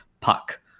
puck